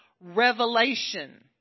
revelation